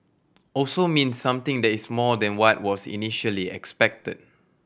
also means something that is more than what was initially expected